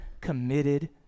committed